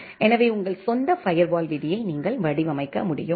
எனவே உங்கள் சொந்த ஃபயர்வால் விதியை நீங்கள் வடிவமைக்க முடியும்